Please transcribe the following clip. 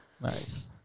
Nice